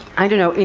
i don't know, you